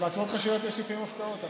בהצבעות חשאיות יש לעיתים הפתעות.